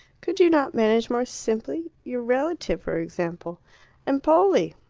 could you not manage more simply? your relative, for example empoli!